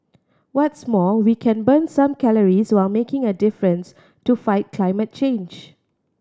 what's more we can burn some calories while making a difference to fight climate change